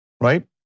right